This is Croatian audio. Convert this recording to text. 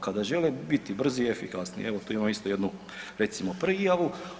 Kada žele biti brzi i efikasni, evo tu imam isto jednu recimo prijavu.